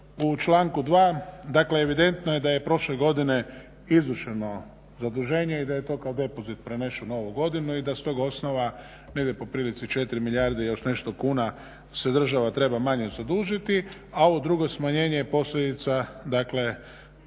u članku 2. dakle evidentno je da je prošle godine izvršeno zaduženje i da je to kao depozit preneseno u ovu godinu i da s tog osnova negdje po prilici 4 milijarde i još nešto kuna se država treba manje zadužiti, a ovo drugo smanjenje je posljedica dakle